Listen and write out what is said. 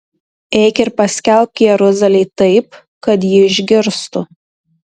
eik ir paskelbk jeruzalei taip kad ji išgirstų